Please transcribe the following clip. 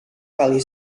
kali